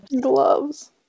Gloves